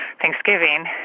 Thanksgiving